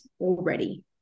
already